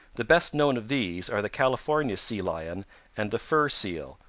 the best known of these are the california sea lion and the fur seal,